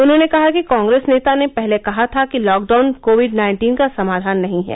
उन्होंने कहा कि कांग्रेस नेता ने पहले कहा था कि लॉकडाउन कोविड नाइन्टीन का समाधान नहीं है